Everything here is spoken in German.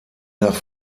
nach